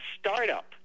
startup